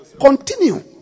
Continue